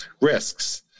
Risks